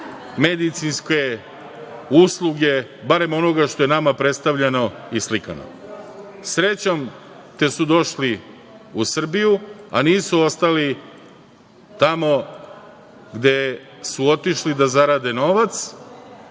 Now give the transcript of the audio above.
medicinske usluge, barem onoga što je nama predstavljeno i slikano. Srećom te su došli u Srbiju, a nisu ostali tamo gde su otišli da zarade novac,